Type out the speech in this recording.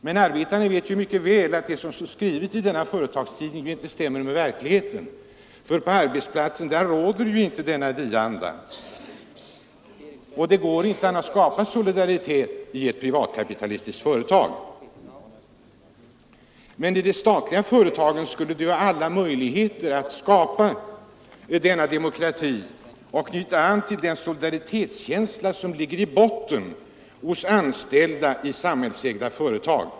Men arbetarna vet mycket väl att det som står skrivet i en företagstidning inte stämmer med verkligheten, för på arbetsplatsen råder inte denna vi-anda. Det går inte att skapa denna solidaritet med ett privatkapitalistiskt företag. Men i de statliga företagen finns alla möjligheter att skapa demokrati och knyta an till den solidaritetskänsla som ligger i botten hos anställda i samhällsägda företag.